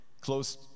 close